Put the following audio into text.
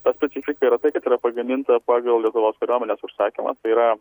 ta specifika yra tai kad yra pagaminta pagal lietuvos kariuomenės užsakymą tai yra